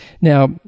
Now